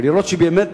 ולראות שבאמת